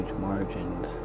margins